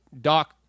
Doc